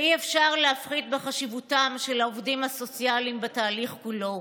ואי-אפשר להפחית בחשיבותם של העובדים הסוציאליים בתהליך כולו.